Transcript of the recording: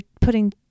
putting